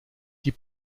die